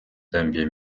dębie